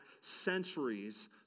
centuries